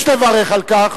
יש לברך על כך